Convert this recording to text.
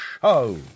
show